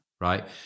Right